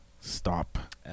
Stop